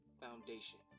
Foundation